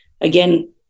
again